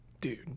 Dude